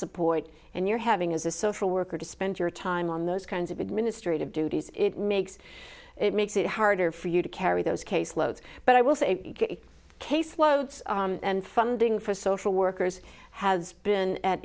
support and you're having as a social worker to spend your time on those kinds of administrative duties it makes it makes it harder for you to carry those caseload but i will say case loads and funding for social workers has been at